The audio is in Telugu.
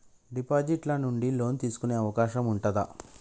డిపాజిట్ ల నుండి లోన్ తీసుకునే అవకాశం ఉంటదా?